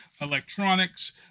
Electronics